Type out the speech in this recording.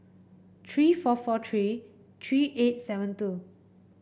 three four four three three eight seven two